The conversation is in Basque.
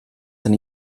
zen